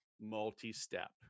multi-step